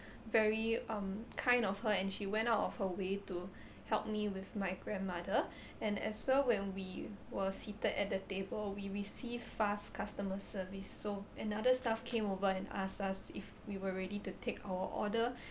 very um kind of her and she went out of her way to help me with my grandmother and as well when we were seated at the table we receive fast customer service so another staff came over and asked us if we were ready to take our order